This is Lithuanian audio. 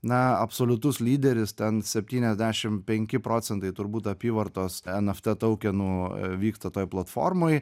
na absoliutus lyderis ten septyniasdešim penki procentai turbūt apyvartos eft toukenų vyksta toj platformoj